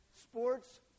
Sports